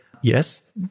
yes